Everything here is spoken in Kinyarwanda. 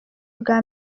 bwa